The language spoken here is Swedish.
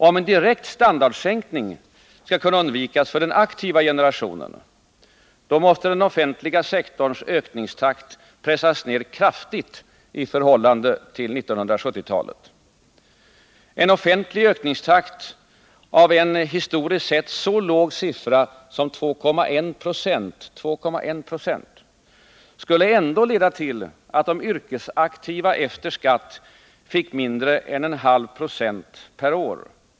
Om en direkt standardsänkning skall kunna undvikas för den aktiva generationen, måste den offentliga sektorns ökningstakt pressas ned kraftigt i förhållande till 1970-talet. En offentlig ökningstakt av en historiskt sett så låg siffra som 2,1 Zo skulle ändå leda till att de yrkesaktiva efter skatt fick mindre än en halv procent per år.